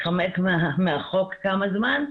התחמק מהחוק כמה זמן,